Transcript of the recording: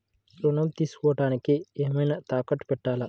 ఋణం తీసుకొనుటానికి ఏమైనా తాకట్టు పెట్టాలా?